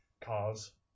Cars